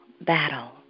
battle